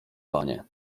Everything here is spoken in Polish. panie